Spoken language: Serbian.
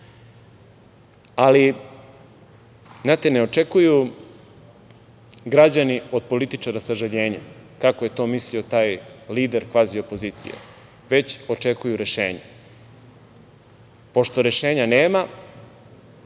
uspeli. Znate, ne očekuju građani od političara sažaljenje, kako je to mislio taj lider kvazi opozicije, već očekuju rešenje. Pošto rešenja nema,